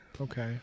Okay